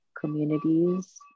communities